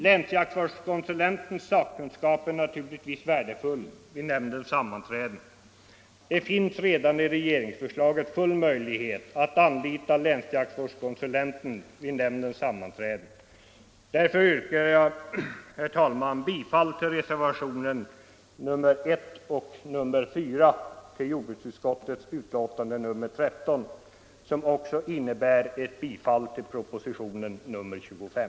Länsjaktvårdskonsulentens sakkunskap är naturligtvis värdefull vid nämndens sammanträden, men det ges redan i regeringsförslaget full möjlighet att anlita länsjaktvårdskonsulenten vid nämndsammanträdena. Herr talman! Jag yrkar bifall till reservationerna 1 och 4 vid jordbruksutskottets betänkande nr 13, vilket också innebär ett bifall till propositionen 25.